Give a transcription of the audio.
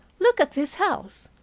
look at this house.